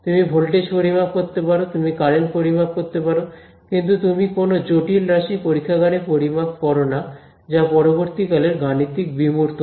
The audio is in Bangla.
তুমি ভোল্টেজ পরিমাপ করতে পারো তুমি কারেন্ট পরিমাপ করতে পারো কিন্তু তুমি কোনও জটিল রাশি পরীক্ষাগারে পরিমাপ করোনা যা পরবর্তীকালের গাণিতিক বিমূর্ততা